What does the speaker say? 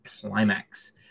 climax